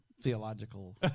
theological